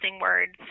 words